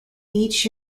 each